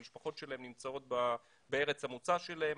המשפחות שלהם נמצאות בארץ המוצא שלהם